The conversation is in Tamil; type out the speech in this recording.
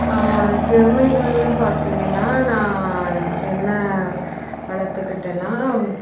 திறமைகள்ன்னு பார்த்திங்கன்னா நான் என்ன வளர்த்துக்கிட்டன்னா